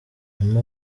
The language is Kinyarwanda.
emma